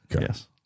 Yes